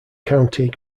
county